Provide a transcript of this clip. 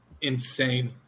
insane